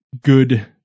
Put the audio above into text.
good